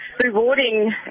rewarding